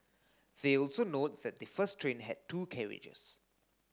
they also note that the first train had two carriages